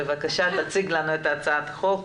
בבקשה, תציג לנו את הצעת החוק.